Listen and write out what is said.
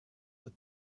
but